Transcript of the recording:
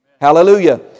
Hallelujah